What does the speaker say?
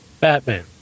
Batman